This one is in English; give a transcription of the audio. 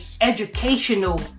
educational